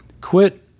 Quit